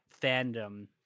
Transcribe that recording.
fandom